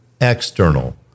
external